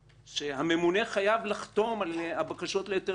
שהממונה חייב לחתום על הבקשות להיתר בנייה,